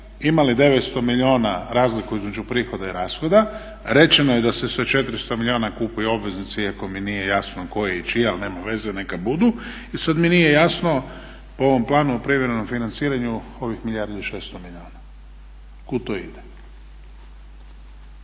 imali 900 milijuna razliku između prihoda i rashoda, rečeno je da se sa 400 milijuna kupuju obveznice iako mi nije jasno koje i čije ali nema veze neka budu, i sad mi nije jasno po ovom planu o privremenom financiranju ovih 1 milijardu i 600 milijuna, kud to ide?